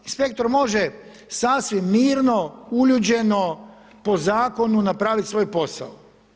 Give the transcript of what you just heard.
Inspektor može sasvim mirno, uljuđeno po zakonu napraviti svoj posao.